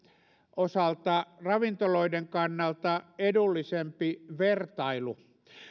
osalta ravintoloiden kannalta edullisempi vertailu